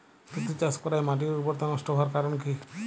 তুতে চাষ করাই মাটির উর্বরতা নষ্ট হওয়ার কারণ কি?